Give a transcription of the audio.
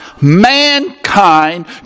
mankind